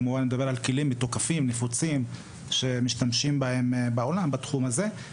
אני כמובן מדבר על כלים מתוקפים ונפוצים שמשתמשים בהם בעולם בתחום הזה.